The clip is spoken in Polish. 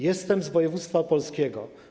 Jestem z województwa opolskiego.